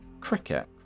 Cricket